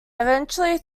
eventually